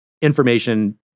information